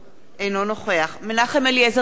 אינו נוכח מנחם אליעזר מוזס,